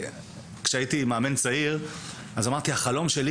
כשהייתי מאמן צעיר אז אמרתי שהחלום שלי